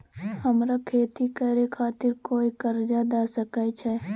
हमरा खेती करे खातिर कोय कर्जा द सकय छै?